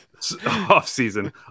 offseason